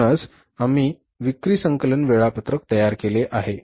म्हणूनच आम्ही विक्री संकलन वेळापत्रक तयार केले आहे